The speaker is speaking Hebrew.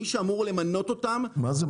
מי שאמור למנות אותם --- מה זה?